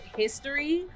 history